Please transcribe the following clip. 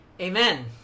amen